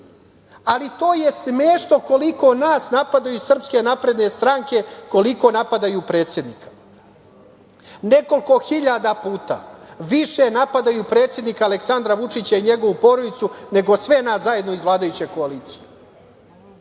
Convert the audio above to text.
ali to je smešno koliko nas napadaju iz SNS, koliko napadaju predsednika. Nekoliko hiljada puta više napadaju predsednika Aleksandra Vučića i njegovu porodicu, nego sve nas zajedno iz vladajuće koalicije. Ja